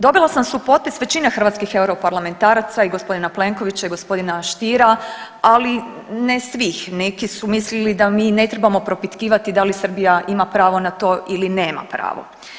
Dobila sam supotpis većine hrvatskih europarlamentaraca i gospodina Plenkovića i gospodina Stiera, ali ne svih neki su mislili da mi ne trebamo propitkivati da li Srbija ima pravo na to ili nema pravo.